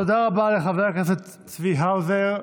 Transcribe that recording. תודה רבה לחבר הכנסת צבי האוזר.